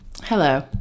Hello